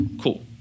cool